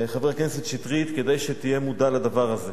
חבר הכנסת שטרית, כדאי שתהיה מודע לדבר הזה.